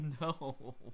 no